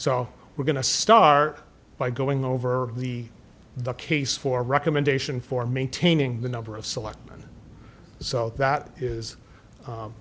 so we're going to start by going over the the case for a recommendation for maintaining the number of selectmen so that is